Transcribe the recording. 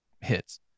hits